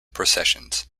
processions